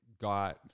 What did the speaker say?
got